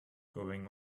going